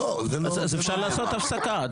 אז אפשר לעשות הפסקה.